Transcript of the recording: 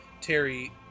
Terry